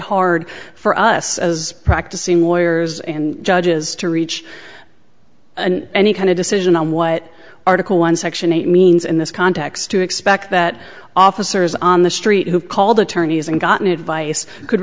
hard for us as practicing lawyers and judges to reach any kind of decision on what article one section eight means in this context to expect that officers on the street who called attorneys and gotten advice could